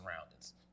surroundings